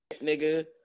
nigga